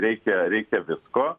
reikia reikia visko